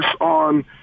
on